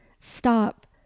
stop